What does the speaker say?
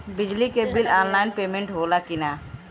बिजली के bill online payment होला कि ना?